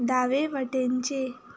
दावे वटेनचे